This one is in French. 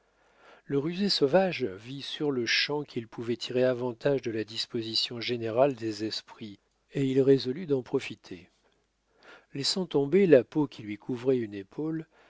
le rusé sauvage vit sur-le-champ qu'il pouvait tirer avantage de la disposition générale des esprits et il résolut d'en profiter laissant tomber la peau qui lui couvrait une épaule